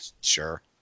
Sure